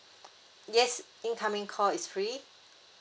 yes incoming call is free